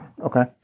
Okay